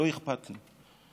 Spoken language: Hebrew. לא אכפת לי.